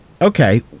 okay